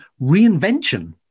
reinvention